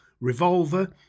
Revolver